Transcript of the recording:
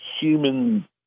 human